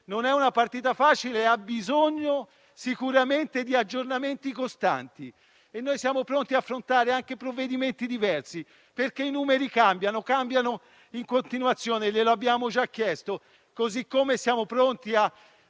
Non è una partita facile e ha bisogno sicuramente di aggiornamenti costanti. Noi siamo pronti ad affrontare anche provvedimenti diversi, perché i numeri cambiano in continuazione (glielo abbiamo già chiesto); così come siamo pronti a